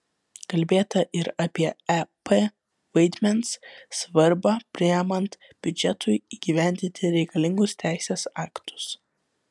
kalbėta ir apie ep vaidmens svarbą priimant biudžetui įgyvendinti reikalingus teisės aktus